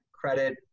credit